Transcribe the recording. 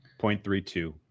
0.32